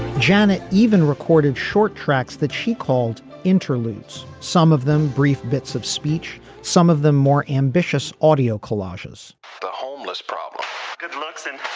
janet even recorded short tracks that she called interludes some of them brief bits of speech some of them more ambitious audio collages the homeless problem good looks and